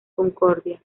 concordia